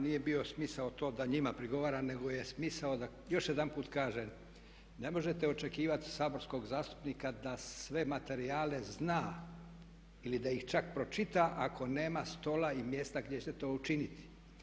Nije bio smisao to da njima prigovaram nego je smisao da još jedanput kažem ne možete očekivati od saborskog zastupnika da sve materijale zna ili da ih čak pročita ako nema stola i mjesta gdje će to učiniti.